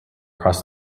across